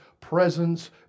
presence